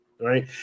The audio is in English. right